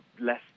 less